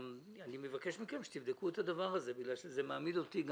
אני מבקש מכם שתבדקו את זה כי זה מעמיד אותי,